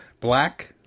black